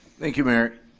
thank you, mayor.